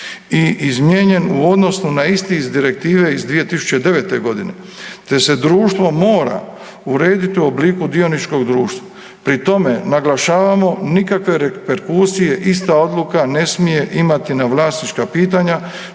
i izmijenjen u odnosu na isti iz Direktive iz 2009. g. te se društvo mora urediti u obliku dioničkog društva. Pri tome naglašavamo, nikakve reperkusije ista odluka ne smije imati na vlasnička pitanja,